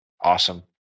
Awesome